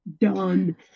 done